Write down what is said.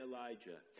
Elijah